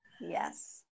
Yes